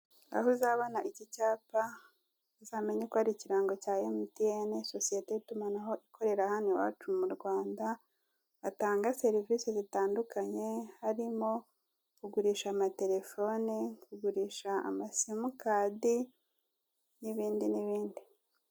Aho uzabona iki cyapa uzamenye ko ari ikirango cya emutiyene sosiyete y'itumanaho ikorera hano iwacu mu Rwanda batanga serivisi zitandukanye harimo kugurisha amaterefone, kugurisha amasimukadi n'ibindi n'ibindi